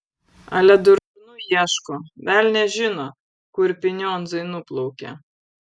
ale durnų ieško velnias žino kur pinionzai nuplaukė